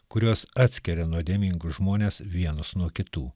kurios atskiria nuodėmingus žmones vienus nuo kitų